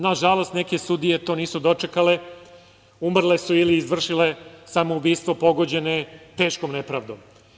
Nažalost, neke sudije to nisu dočekale, umrle su ili izvršile samoubistvo pogođene teškom nepravdom.